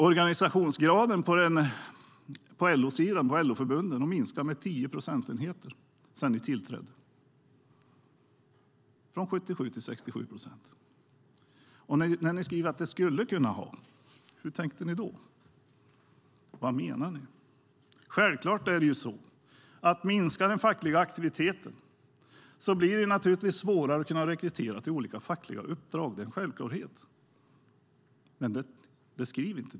Organisationsgraden bland LO-förbunden har minskat med 10 procentenheter sedan ni tillträdde, från 77 till 67 procent. Vad tänkte ni när ni skrev "skulle kunna innebära"? Vad menar ni? Det är självklart så att om den fackliga aktiviteten minskar blir det svårare att rekrytera till olika fackliga uppdrag. Det är en självklarhet. Men det skriver ni inte.